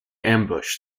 ambush